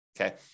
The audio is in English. Okay